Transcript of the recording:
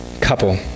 couple